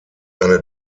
eine